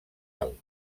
alt